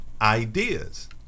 ideas